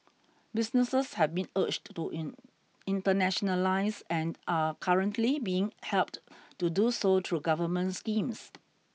businesses have been urged to in internationalise and are currently being helped to do so through government schemes